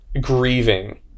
grieving